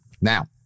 Now